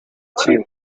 chew